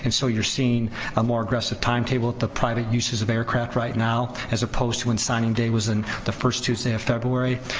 and so you're seeing a more aggressive time table, the private uses of aircraft right now as opposed to when signing day was and the first tuesday of february.